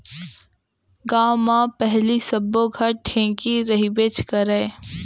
गॉंव म पहिली सब्बो घर ढेंकी रहिबेच करय